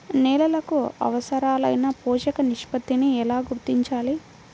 నేలలకు అవసరాలైన పోషక నిష్పత్తిని ఎలా గుర్తించాలి?